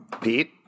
Pete